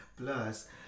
Plus